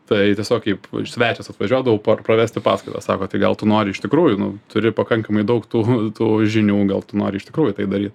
tai tiesiog kaip svečias atvažiuodavau pravesti paskaitą sako tai gal tu nori iš tikrųjų nu turi pakankamai daug tų tų žinių gal tu nori iš tikrųjų tai daryt